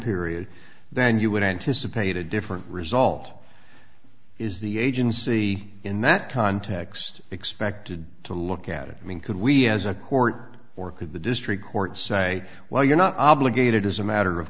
period then you would anticipate a different result is the agency in that context expected to look at it i mean could we as a court or could the district court say well you're not obligated as a matter of